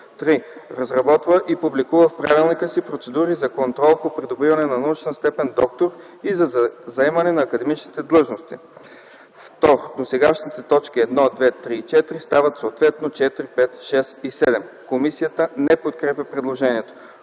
3. Разработва и публикува в правилника си процедури за контрол по придобиване на научната степен „доктор” и за заемане на академичните длъжности;”. „2. Досегашните точки 1, 2, 3 и 4 стават съответно 4, 5, 6 и 7.” Комисията не подкрепя предложението.